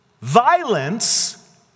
Violence